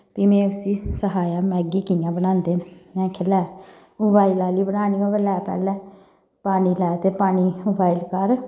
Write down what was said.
फ्ही में उस्सी सखाया मैह्गी कि'यां बनांदे न में आखेआ लै बोआल आह्ली बनानी होऐ लै पैह्लै पानी लै ते पानी उवाइल कर